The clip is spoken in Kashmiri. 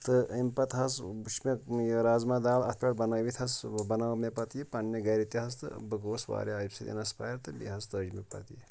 تہٕ اَمہِ پتہٕ حظ وُچھ مےٚ یہِ رازمہ دال اتھ پٮ۪ٹھ بنٲوِتھ حظ بنٲو مےٚ پتہٕ یہِ پننہِ گھرِ تہِ حظ تہٕ بہٕ گوٚوُس واریاہ امہِ سۭتۍ اِنسپایر تہٕ بیٚیہِ حظ تٔج مےٚ پتہٕ یہِ